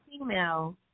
email